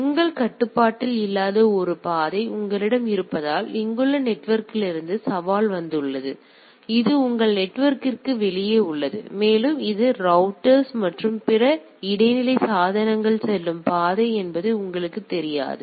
உங்கள் கட்டுப்பாட்டில் இல்லாத ஒரு பாதை உங்களிடம் இருப்பதால் இங்குள்ள நெட்வொர்க்கிலிருந்து சவால் வந்துள்ளது இது உங்கள் நெட்வொர்க்கிற்கு வெளியே உள்ளது மேலும் இது ரௌட்டர்ஸ் மற்றும் பிற இடைநிலை சாதனங்கள் செல்லும் பாதை என்பது உங்களுக்குத் தெரியாது